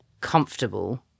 comfortable